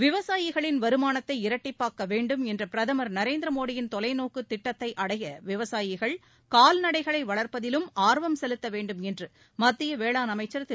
விவசாயிகளின் வருமானத்தை இரட்டிப்பாக்க வேண்டும் என்ற பிரதமர் நரேந்திர மோடியின் தொலைநோக்கு திட்டத்தை அடைய விவசாயிகள் கால்நடைகளை வளர்ப்பதிலும் ஆர்வம் செலுத்த வேண்டும் என்று மத்திய வேளாண் அமைச்சர் திரு